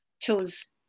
chose